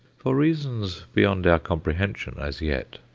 for reasons beyond our comprehension as yet,